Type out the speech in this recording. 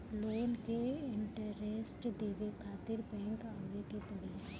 Loan के interest देवे खातिर बैंक आवे के पड़ी?